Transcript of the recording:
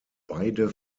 beide